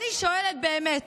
אני שואלת באמת,